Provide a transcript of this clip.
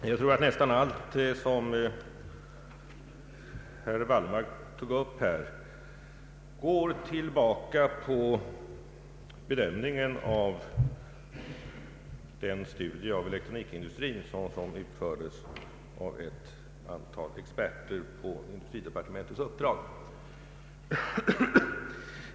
Herr talman! Jag tror att nästan allt vad herr Wallmark här tog upp rör bedömningen av den studie av elektronikindustrin som utfördes av ett antal experter på industridepartementets uppdrag.